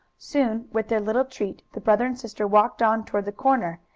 soon, with their little treat, the brother and sister walked on toward the corner,